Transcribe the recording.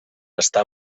està